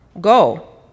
Go